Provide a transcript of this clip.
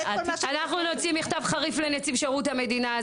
אנחנו נוציא מכתב חריף לנציג שירות המדינה.